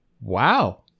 wow